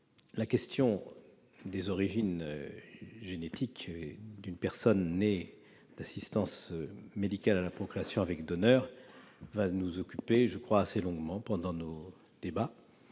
La question des origines génétiques d'une personne née d'une assistance médicale à la procréation avec donneur va nous occuper encore assez longuement pendant nos débats.